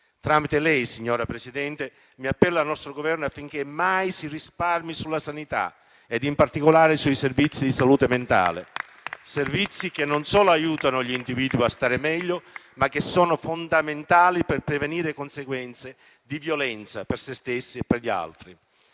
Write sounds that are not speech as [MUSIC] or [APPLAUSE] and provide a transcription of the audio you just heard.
Tramite lei, signor Presidente, mi appello al nostro Governo affinché mai si risparmi sulla sanità ed in particolare sui servizi di salute mentale. [APPLAUSE] Servizi che non solo aiutano gli individui a stare meglio, ma che sono fondamentali per prevenire conseguenze violente per se stessi e per gli altri.